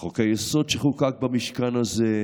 חוק-היסוד שחוקק במשכן הזה,